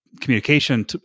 communication